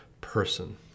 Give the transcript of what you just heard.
person